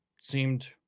seemed